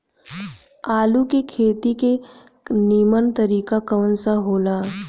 आलू के खेती के नीमन तरीका कवन सा हो ला?